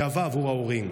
גאווה עבור ההורים,